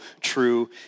true